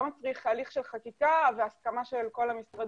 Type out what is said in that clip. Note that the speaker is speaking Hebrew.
יש כאן עוד הרבה שאלות שצריכות להישאל.